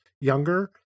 younger